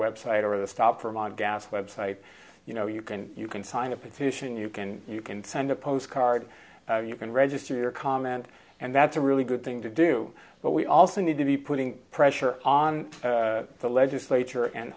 website or the stop from on gas website you know you can you can sign a petition you can you can send a postcard you can register your comment and that's a really good thing to do but we also need to be putting pressure on the legislature and